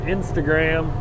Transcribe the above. Instagram